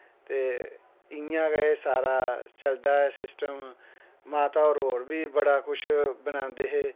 ते इयां गै एह् सारा चलदा सिस्टम माता होर होर बी बड़ा किश बनांदे हे